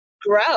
grow